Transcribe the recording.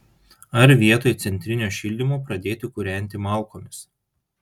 ar vietoj centrinio šildymo pradėti kūrenti malkomis